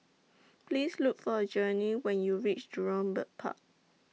Please Look For Gurney when YOU REACH Jurong Bird Park